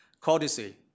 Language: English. courtesy